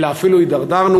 אלא אפילו הידרדרנו.